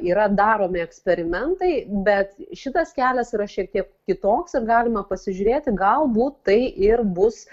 yra daromi eksperimentai bet šitas kelias yra šiek tiek kitoks ir galima pasižiūrėti galbūt tai ir bus